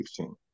16